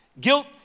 Guilt